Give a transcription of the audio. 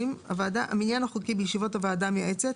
20 (א) המניין החוקי בישיבות הוועדה המייעצת